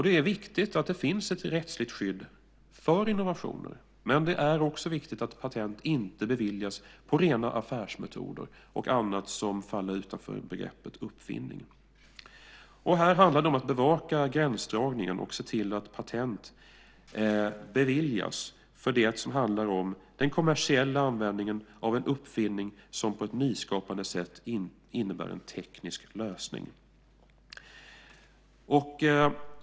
Det är viktigt att det finns ett rättsligt skydd för innovationer. Men det är också viktigt att patent inte beviljas på rena affärsmetoder och annat som faller utanför begreppet uppfinning. Här handlar det om att bevaka gränsdragningen och se till att patent beviljas för det som handlar om den kommersiella användningen av en uppfinning som på ett nyskapande sätt innebär en teknisk lösning.